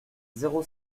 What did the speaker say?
zéro